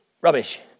Rubbish